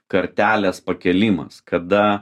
kartelės pakėlimas kada